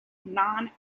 non